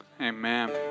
amen